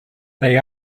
they